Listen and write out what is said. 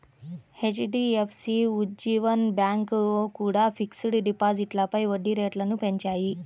HDFC, Ujjivan bank కూడా fixed డిపాజిట్లపై వడ్డీ రేట్లను పెంచాయి